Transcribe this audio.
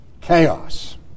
chaos